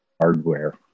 hardware